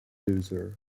loser